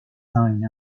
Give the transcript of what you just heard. signed